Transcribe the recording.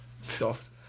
soft